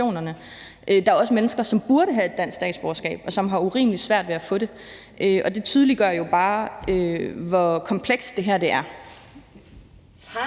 Der er også mennesker, som burde have et dansk statsborgerskab, og som har urimelig svært ved at få det, og det tydeliggør jo bare, hvor komplekst det her er.